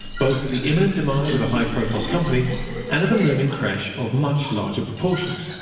both of the imminent demise of a high profile company and of a looming crash of much larger proportions,